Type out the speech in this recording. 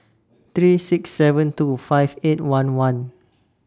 three six seven two five eight one one